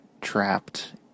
trapped